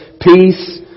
peace